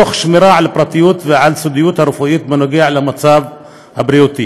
תוך שמירה על פרטיות ועל והסודיות הרפואית בכל הקשור למצב הבריאותי.